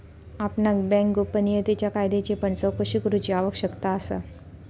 आपणाक बँक गोपनीयतेच्या कायद्याची पण चोकशी करूची आवश्यकता असा